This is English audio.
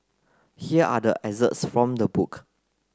here are the excerpts from the book